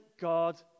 God